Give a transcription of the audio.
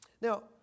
Now